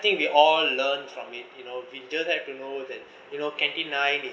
I think we all learn from it you know we just have to know that you know canteen nine